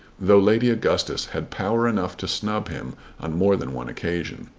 though lady augustus had power enough to snub him on more than one occasion.